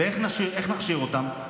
ואיך נכשיר אותם?